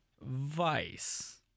Vice